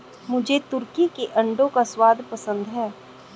मुझे तुर्की के अंडों का स्वाद पसंद है